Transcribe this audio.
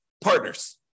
Partners